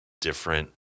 different